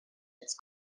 its